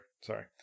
sorry